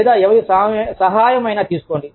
లేదా ఎవరి సహాయం అయినా నా తీసుకోండి